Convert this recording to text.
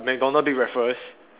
McDonald big breakfast